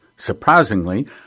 Surprisingly